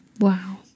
Wow